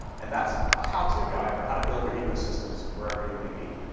and that's a how to guide for how to build your ecosystems wherever you may be.